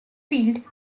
field